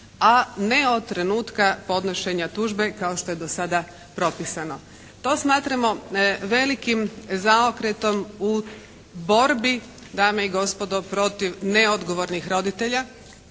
a ne od trenutka podnošenja tužbe kao što je do sada propisano. To smatramo velikim zaokretom u borbi dame i gospodo protiv neodgovornih roditelja,